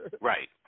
Right